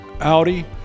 Audi